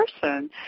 person